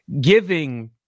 giving